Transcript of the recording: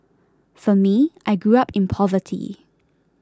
for me I grew up in poverty